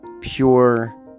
pure